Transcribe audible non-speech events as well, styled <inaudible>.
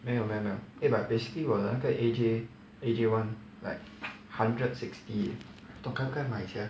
没有没有没有 eh but basically 我的那个 A_J A_J [one] like hundred sixty eh <noise> 买 sia